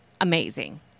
amazing